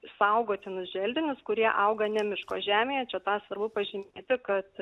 saugotinus želdinius kurie auga ne miško žemėje čia tą svarbu pažymėti kad